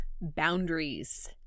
Boundaries